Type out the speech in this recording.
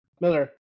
Miller